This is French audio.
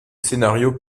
scénarios